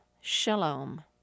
Shalom